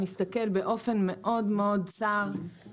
כן בלולי מעוף,